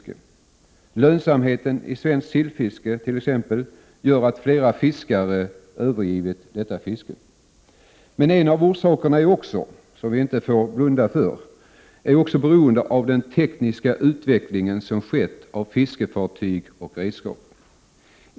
Den dåliga lönsamheten i svenskt sillfiske gör att flera fiskare övergivit detta. Vi får inte blunda för att en av orsakerna också är beroende av den tekniska utveckling som skett av fiskefartyg och redskap.